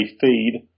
feed